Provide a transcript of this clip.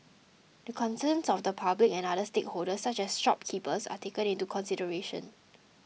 the concerns of the public and other stakeholders such as shopkeepers are taken into consideration